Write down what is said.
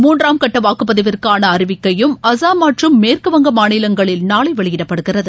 மூன்றாம் கட்ட வாக்குப்பதிவிற்கான அறிவிக்கையும் அசாம் மற்றும் மேற்கு வங்க மாநிலங்களில் நாளை வெளியிடப்படுகிறது